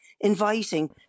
inviting